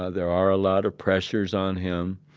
ah there are a lot of pressures on him.